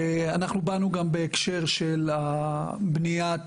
אנחנו באנו בהקשר של בניית